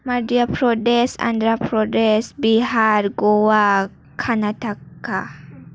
मध्य प्रदेश आन्ध्र प्रेदेश बिहार गवा कर्नाटका